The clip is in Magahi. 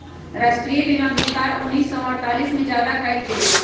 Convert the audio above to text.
राष्ट्रीय बीमा विस्तार उन्नीस सौ अडतालीस में ज्यादा कइल गई लय